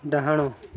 ଡାହାଣ